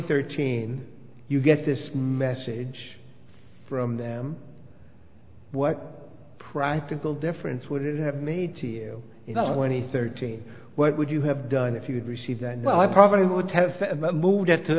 thirteen you get this message from them what practical difference would it have made to you in the twenty thirteen what would you have done if you had received that well i probably would have moved i